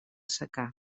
secà